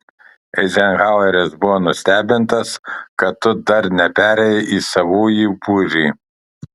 eizenhaueris buvo nustebintas kad tu dar neperėjai į savųjų būrį